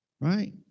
Right